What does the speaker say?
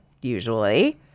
usually